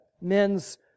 men's